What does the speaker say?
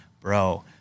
bro